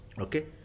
Okay